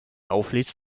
auflädst